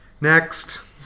Next